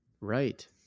right